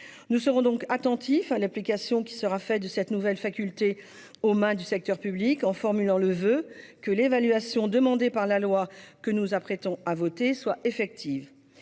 Nous serons donc attentifs à l'application qui sera faite de cette nouvelle faculté laissée aux mains du secteur public, en formulant le voeu que l'évaluation demandée par la loi que nous nous apprêtons à voter soit effective.